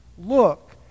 look